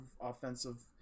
offensive